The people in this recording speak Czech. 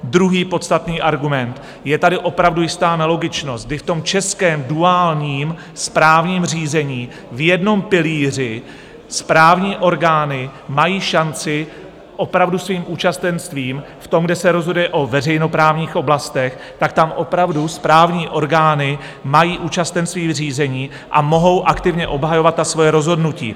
Druhý podstatný argument: je tady opravdu jistá nelogičnost, kdy v českém duálním správním řízení v jednom pilíři správní orgány mají šanci opravdu svým účastenstvím v tom, kde se rozhoduje ve veřejnoprávních oblastech, tak tam opravdu správní orgány mají účastenství v řízení a mohou aktivně obhajovat svoje rozhodnutí.